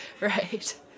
right